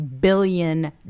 billion